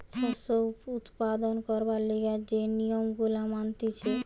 শস্য উৎপাদন করবার লিগে যে নিয়ম গুলা মানতিছে